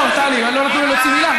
לא מעוניינות ולא מעוניינים.